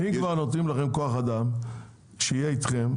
אם כבר נותנים לכם כוח אדם שיהיה אתכם,